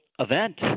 Event